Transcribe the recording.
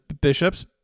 bishops